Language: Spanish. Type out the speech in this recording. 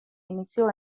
inició